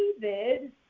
David